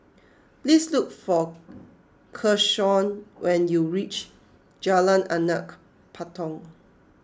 please look for Keshaun when you reach Jalan Anak Patong